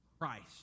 Christ